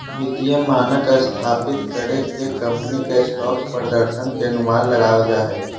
वित्तीय मानक स्थापित कर के कम्पनी के स्टॉक प्रदर्शन के अनुमान लगाबल जा हय